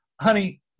honey